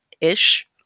ish